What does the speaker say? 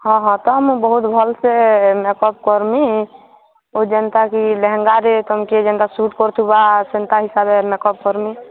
ହଁ ହଁ ତ ମୁଁ ବହୁତ୍ ଭଲ୍ସେ ମେକଅପ୍ କର୍ମି ଓ ଯେନ୍ତା କି ଲେହେଙ୍ଗାରେ ତମ୍କେ ଯେନ୍ତା ସୁଟ୍ କରୁଥିବା ସେନ୍ତା ହିସାବ୍ରେ ମେକଅପ୍ କର୍ମି